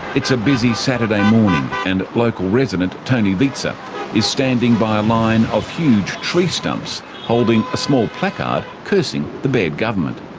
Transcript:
it's a busy saturday morning and local resident tony vizza is standing by a line of huge tree stumps holding a small placard cursing the baird government.